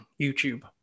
YouTube